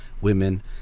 women